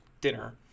dinner